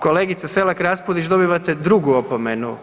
Kolegice Selak Raspudić, dobivate drugu opomenu.